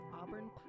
Auburn